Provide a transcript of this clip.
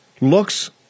looks